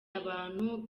abantu